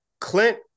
Clint